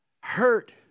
hurt